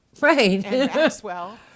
Right